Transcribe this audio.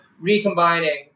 recombining